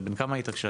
בן כמה הייתה כשעלית?